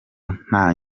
nta